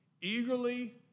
eagerly